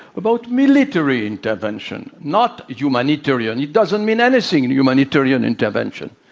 about military intervention, not humanitarian. it doesn't mean anything in humanitarian intervention.